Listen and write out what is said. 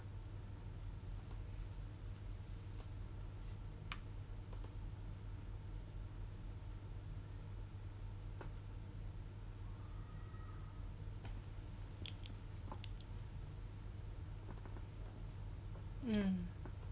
mm